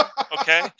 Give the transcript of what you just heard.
okay